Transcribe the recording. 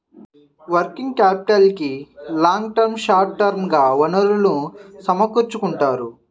working క్యాపిటల్కి long term, short term గా వనరులను సమకూర్చుకుంటారు